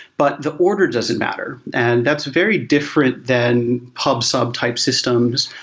but the order doesn't matter. and that's very different than pub sub type systems,